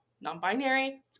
non-binary